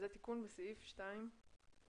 זה תיקון בסעיף 2(א).